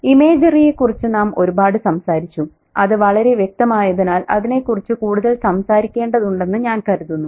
ഇമേജറിയെക്കുറിച്ച് നാം ഒരുപാട് സംസാരിച്ചു അത് വളരെ വ്യക്തമായതിനാൽ അതിനെക്കുറിച്ച് കൂടുതൽ സംസാരിക്കേണ്ടതുണ്ടെന്ന് ഞാൻ കരുതുന്നു